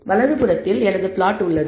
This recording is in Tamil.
வலது புறத்தில் பிளாட் உள்ளது